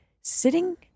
sitting